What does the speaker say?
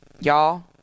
y'all